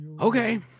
okay